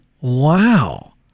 Wow